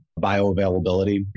bioavailability